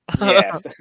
Yes